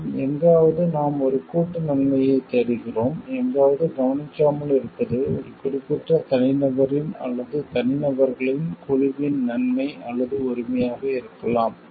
மற்றும் எங்காவது நாம் ஒரு கூட்டு நன்மையை தேடுகிறோம் எங்காவது கவனிக்காமல் இருப்பது ஒரு குறிப்பிட்ட தனிநபரின் அல்லது தனிநபர்களின் குழுவின் நன்மை அல்லது உரிமையாக இருக்கலாம்